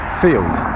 field